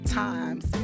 times